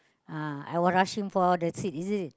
uh I were rushing for the seat isn't it